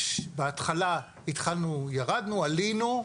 בהתחלה ירדנו, עלינו,